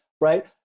right